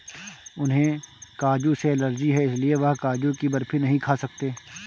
उन्हें काजू से एलर्जी है इसलिए वह काजू की बर्फी नहीं खा सकते